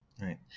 Right